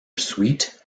sweet